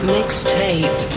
Mixtape